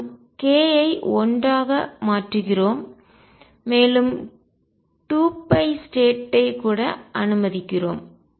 நாம் k ஐ ஒன்றாக மாற்றுகிறோம் மேலும் 2π ஸ்டேட் ஐ கூட அனுமதிக்கிறோம்